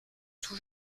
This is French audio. tout